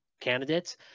candidates